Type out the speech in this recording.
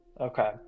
Okay